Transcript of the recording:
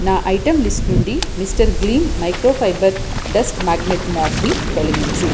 నా item list నుండి Mr Gleam microfibre dust magnet మాప్ని తొలగించుము